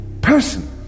person